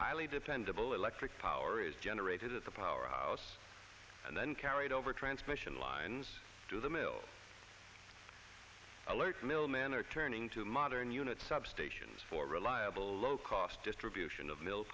highly dependable electric power is generated at the power house and then carried over transmission lines through the mill alerts mill manor turning to modern units substations for reliable low cost distribution of mil